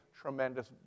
tremendous